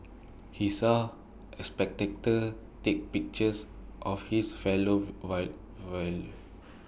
he saw A spectators take pictures of his fellow